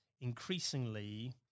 increasingly